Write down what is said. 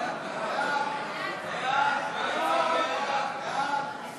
ההצעה להעביר את הצעת חוק